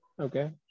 Okay